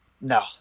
No